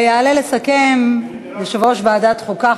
יעלה לסכם יושב-ראש ועדת החוקה,